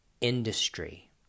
industry